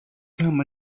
come